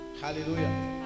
Hallelujah